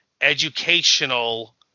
educational